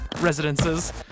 residences